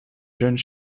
jeunes